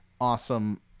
awesome